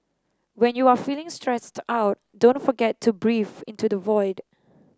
when you are feeling stressed out don't forget to breathe into the void